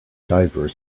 divers